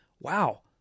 Wow